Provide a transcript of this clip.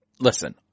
Listen